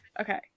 okay